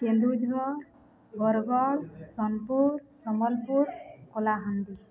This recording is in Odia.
କେଲୁଝର ବରଗଡ଼ ସୋନପୁର ସମ୍ବଲପୁର କଲାହାଣ୍ଡି